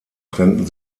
trennten